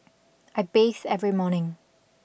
I bathe every morning